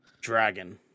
Dragon